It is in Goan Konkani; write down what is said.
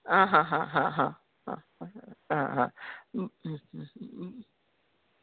आं हां हां हां हां आं हय आं हां